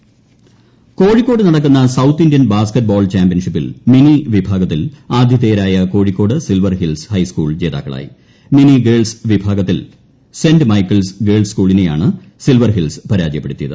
basketball championship Kozhikode നടക്കുന്ന south Indian basketball ചാംപ്യൻഷിപ്പിൽ mini വിഭാഗത്തിൽ ആതിഥേയരായ കോഴിക്കോട് സിൽവർ ഹിൽസ് ഹൈസ്കൂൾ ജേതാക്കളായി മിനി ഗേൾസ് വിഭാഗത്തിൽ സെന്റ്മൈക്കിൾസ് ഗേൾസ് സ്കൂളിനെയാണ് സിൽവർഹിൽസ് പരാജയപ്പെടുത്തിയത്